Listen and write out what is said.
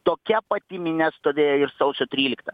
tokia pati minia stovėjo ir sausio tryliktą